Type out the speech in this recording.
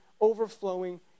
overflowing